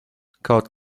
kaut